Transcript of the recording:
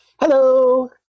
Hello